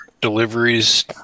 deliveries